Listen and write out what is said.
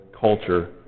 culture